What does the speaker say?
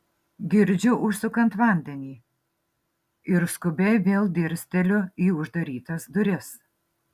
girdžiu užsukant vandenį ir skubiai vėl dirsteliu į uždarytas duris